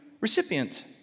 recipient